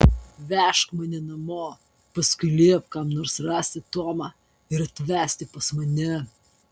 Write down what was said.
vežk mane namo paskui liepk kam nors rasti tomą ir atvesti pas mane